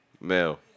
Mel